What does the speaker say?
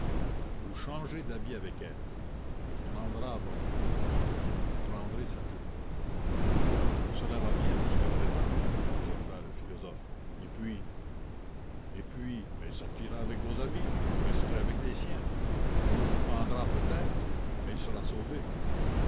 vous changerez d'habits avec elle elle prendra votre pourpoint vous prendrez sa jupe cela va bien jusqu'à présent observa le philosophe et puis et puis elle sortira avec vos habits vous resterez avec les siens on vous pendra peut-être mais elle sera sauvée